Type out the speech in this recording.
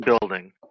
building